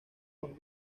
los